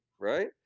right